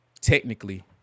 Technically